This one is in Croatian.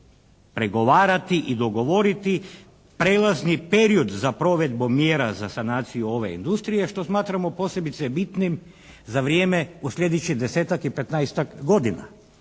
pregovarati i dogovoriti prelazni period za provedbom mjera za sanaciju ove industrije što smatramo posebice bitnim za vrijeme u sljedećih 10-ak i 15-ak godina.